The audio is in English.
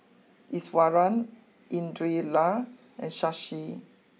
Iswaran Indira La and Shashi